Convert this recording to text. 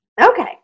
Okay